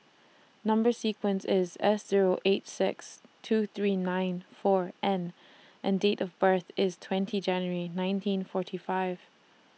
Number sequence IS S Zero eight six two three nine four N and Date of birth IS twenty January nineteen forty five